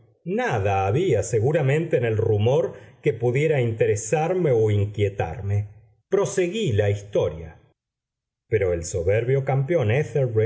nada había seguramente en el rumor que pudiera interesarme o inquietarme proseguí la historia pero el soberbio campeón